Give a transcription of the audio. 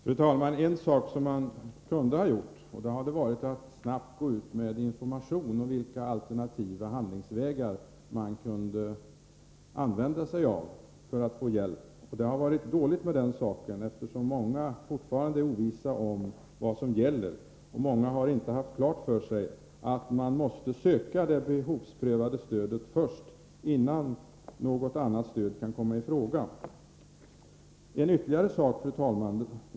Fru talman! En sak som kunde ha gjorts hade varit att snabbt gå ut med information om vilka alternativa handlingsvägar man kunde använda sig av för att få hjälp. Det har varit dåligt med den saken, eftersom många fortfarande är ovissa om vad som gäller. Många har inte haft klart för sig att man först måste söka det behovsprövade stödet innan något annat stöd kan komma i fråga. Ytterligare en sak, fru talman!